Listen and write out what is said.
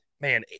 Man